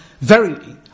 Verily